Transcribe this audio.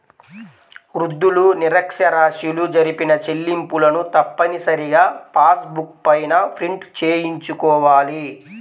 వృద్ధులు, నిరక్ష్యరాస్యులు జరిపిన చెల్లింపులను తప్పనిసరిగా పాస్ బుక్ పైన ప్రింట్ చేయించుకోవాలి